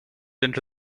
into